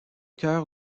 cœur